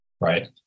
right